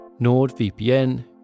NordVPN